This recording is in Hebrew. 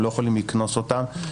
הם לא יכולים לקנוס אותם.